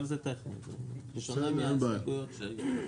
אבל זה טכני, בשונה מההסתייגויות שהיו קודם.